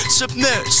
submit